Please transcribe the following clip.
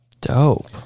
Dope